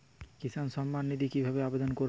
কিষান সম্মাননিধি কিভাবে আবেদন করব?